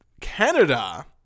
Canada